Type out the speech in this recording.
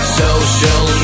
social